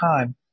time